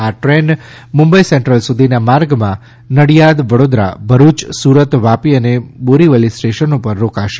આ train Mumbai central સુધીના માર્ગમાં નડિયાદ વડોદરા ભરૂચ સુરત વાપી અને બોરીવલી સ્ટેશનો પર રોકાશે